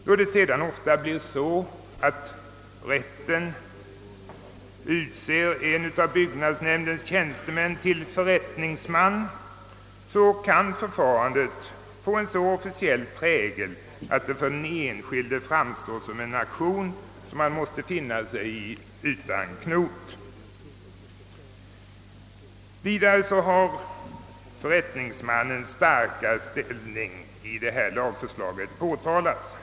Då det sedan ofta blir så att länsstyrelsen utser en av byggnadsnämndens tjänstemän till förrättningsman, kan förfarandet få en så officiell prägel att det för den enskilde framstår som en aktion som han måste finna sig i utan knot. Vidare har förrättningsmannens starka ställning i detta lagförslag påtalats.